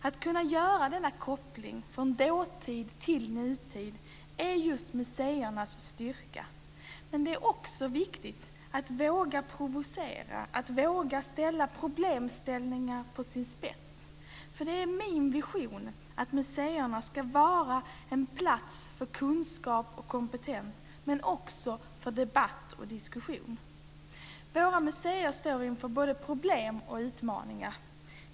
Att man kan göra denna koppling från dåtid till nutid är museernas styrka, men det är också viktigt att våga provocera och våga ställa problem på sin spets. Det är min vision att museerna ska vara en plats för kunskap och kompetens, men också för debatt och diskussion. Våra museer står inför både problem och utmaningar.